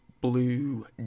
Blue